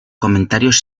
comentarios